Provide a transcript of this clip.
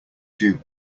due